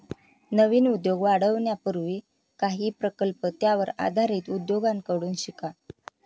नवीन उद्योग वाढवण्यापूर्वी काही प्रकल्प त्यावर आधारित उद्योगांकडून शिका